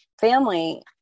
family